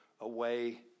Away